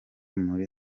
muri